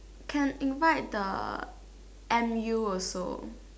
can invite the M_U also